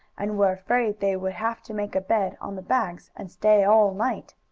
and were afraid they would have to make a bed on the bags and stay all night.